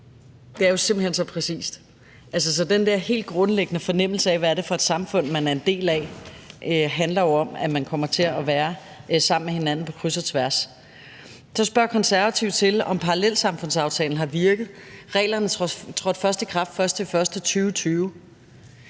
Det er jo simpelt hen så præcist. Altså, så den der helt grundlæggende fornemmelse af, hvad det er for et samfund, man er en del af, handler jo om, at man kommer til at være sammen med hinanden på kryds og tværs. Så spørger Konservative til, om parallelsamfundsaftalen har virket. Reglerne trådte først i kraft den 1. januar 2020,